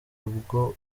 ubwo